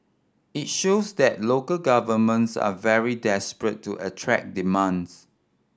it shows that local governments are very desperate to attract demands